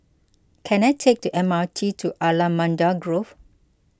can I take the M R T to Allamanda Grove